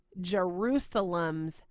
Jerusalem's